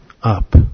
up